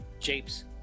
japes